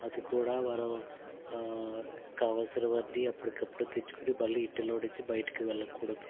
అది కూడా వారు కావాల్సిన వాటిని అప్పటికప్పుడు తెచ్చుకొని మళ్ళీ ఇంటిలో నుంచి బయటికి వెళ్లకూడదు